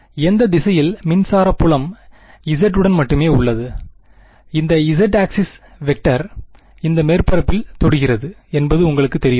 எந்த திசையில் மின்சார புலம் இசட் உடன் மட்டுமே உள்ளது இந்த இசட் ஆக்ஸிஸ் வெக்டர் இந்த மேற்பரப்பில் தொடுகின்றது என்பது உங்களுக்குத் தெரியுமா